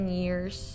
years